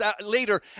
later